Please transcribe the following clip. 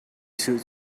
jesuh